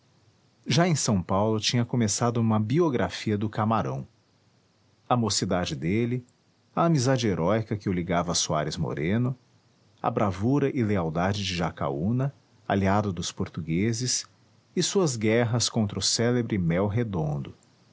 já em s paulo tinha começado uma biografia do camarão a mocidade dele a amizade heróica que o ligava a soares moreno a bravura e lealdade de jacaúna aliado dos portugueses e suas guerras contra o célebre mel redondo